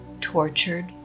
tortured